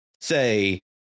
say